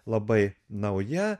labai nauja